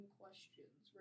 questions